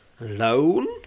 Alone